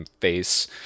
face